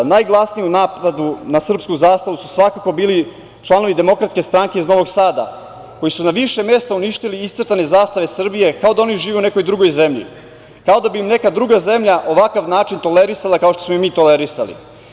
Najglasniji u napadu na srpsku zastavu su svakako bili članovi Demokratske stranke iz Novog Sada, koji su na više mesta uništili iscrtane zastave Srbije, kao da oni žive u nekoj drugoj zemlji, kao da bi im neka druga zemlja ovakav način tolerisala kao što smo i mi tolerisali.